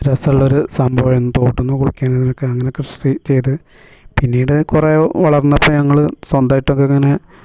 രസമുള്ളൊരു സംഭവമായിരുന്നു തോട്ടിൽ നിന്നു കളിയ്ക്കാനതിനൊക്കെ അങ്ങനെ കൃഷി ചെയ്തു പിന്നീടു കുറേ വളർന്നപ്പം ഞങ്ങൾ സ്വന്തമായിട്ടൊക്കെയിങ്ങനെ